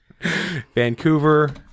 Vancouver